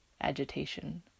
agitation